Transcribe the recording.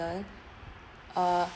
talent uh